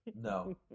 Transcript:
no